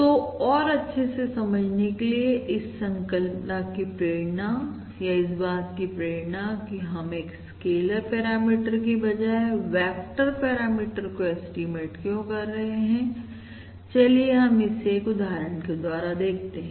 तो और अच्छे से समझने के लिए इस संकल्पना की प्रेरणा या इस बात की प्रेरणा कि हम एक स्केलर पैरामीटर की बजाएं वेक्टर पैरामीटर को एस्टीमेट क्यों कर रहे हैं चलिए हम इसे एक उदाहरण के द्वारा देखते हैं